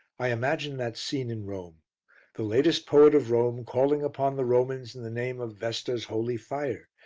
i imagine that scene in rome the latest poet of rome calling upon the romans in the name of vesta's holy fire,